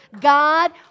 God